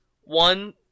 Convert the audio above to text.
one